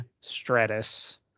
Stratus